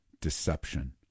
deception